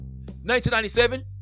1997